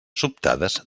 sobtades